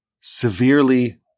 severely